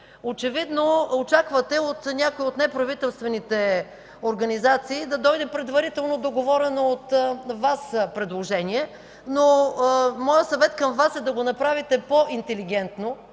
Очевидно очаквате от някои от неправителствените организации да дойде предварително договорено от Вас предложение. Моят съвет към Вас е да го направите по-интелигентно